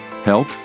Help